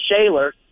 Shaler